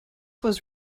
was